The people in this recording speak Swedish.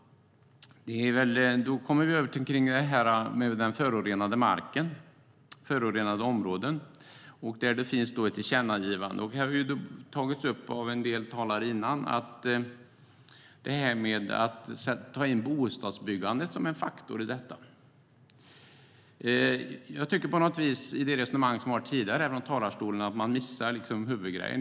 Då kommer vi till detta med förorenad mark och förorenade områden. Där finns det ett tillkännagivande. Något som har tagits upp av en del talare innan är det här med att ta in bostadsbyggandet som en faktor. Men i de resonemang som förts tidigare i talarstolen tycker jag på något vis att man missat huvudgrejen.